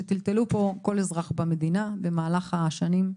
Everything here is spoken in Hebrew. שטלטלו פה כל אזרח במדינה במהלך השנים.